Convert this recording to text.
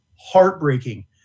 heartbreaking